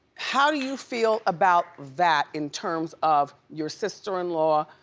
how do you feel about that in terms of your sister-in-law,